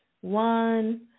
one